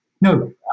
No